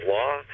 law